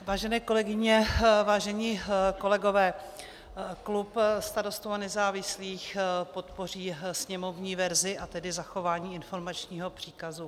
Vážené kolegyně, vážení kolegové, klub Starostů a nezávislých podpoří sněmovní verzi, a tedy zachování informačního příkazu.